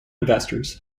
investors